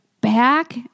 back